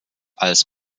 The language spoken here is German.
als